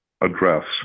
address